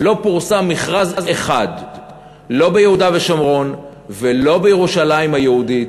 לא פורסם מכרז אחד לא ביהודה ושומרון ולא בירושלים היהודית,